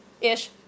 ish